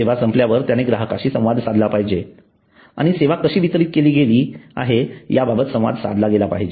सेवा संपल्यावर त्याने ग्राहकाशी संवाद साधला पाहिजे आणि सेवा कशी वितरित केली गेली आहे या बाबत संवाद साधला गेला पाहिजे